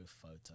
photo